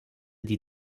die